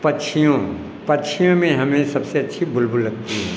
पक्षियों पक्षियों में हमें सबसे अच्छी बुलबुल लगती है